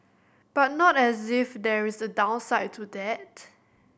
but not as if there is a downside to that